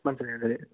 മനസ്സിലായി അതേ